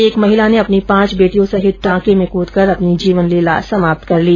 एक विवाहिता ने अपनी पांच बेटियों सहित टांके में कूदकर अपनी जीवन लीला समाप्त कर ली